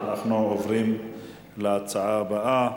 אנחנו עוברים להצעה הבאה.